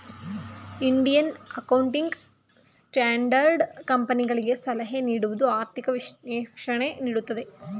Indian accounting standard ಕಂಪನಿಗಳಿಗೆ ಸಲಹೆ ನೀಡುವುದು, ಆರ್ಥಿಕ ವಿಶ್ಲೇಷಣೆ ನೀಡುತ್ತದೆ